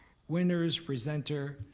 winners presenter,